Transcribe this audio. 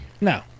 No